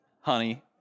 Honey